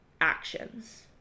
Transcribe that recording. actions